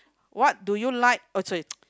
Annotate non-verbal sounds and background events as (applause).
what do you like oh sorry (noise)